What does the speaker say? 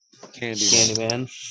Candyman